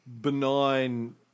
benign